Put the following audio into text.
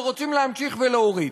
ורוצים להמשיך ולהוריד.